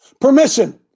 Permission